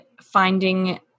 finding